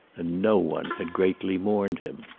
and no one had greatly mourned him.